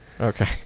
okay